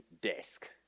Desk